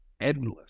endless